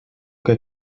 que